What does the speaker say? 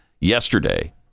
yesterday